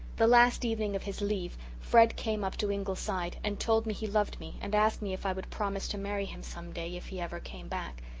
the last evening of his leave fred came up to ingleside and told me he loved me and asked me if i would promise to marry him some day, if he ever came back.